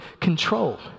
control